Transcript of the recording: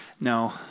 no